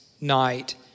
night